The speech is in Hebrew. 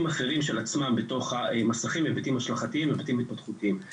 אחרים של עצמם בתוך המסכים היבטים השלכתיים והיבטים התפתחותיים.